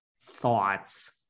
thoughts